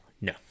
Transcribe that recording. No